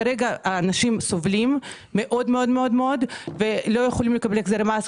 כרגע האנשים מאוד סובלים ולא יכולים לקבל החזר מס.